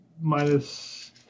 minus